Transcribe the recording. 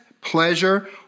pleasure